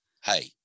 hey